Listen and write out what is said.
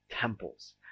temples